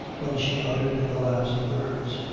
when she uttered the last words.